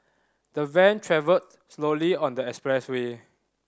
the van travelled slowly on the expressway